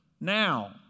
now